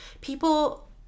People